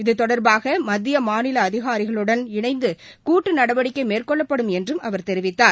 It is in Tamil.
இது தொடர்பாக மத்திய மாநில அதிகாரிகளுடன் இணைந்து கூட்டு நடவடிக்கை மேற்கொள்ளப்படும் என்றும் அவர் தெரிவித்தார்